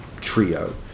trio